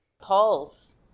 paul's